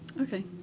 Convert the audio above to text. Okay